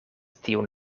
tiun